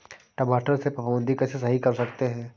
टमाटर से फफूंदी कैसे सही कर सकते हैं?